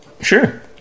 Sure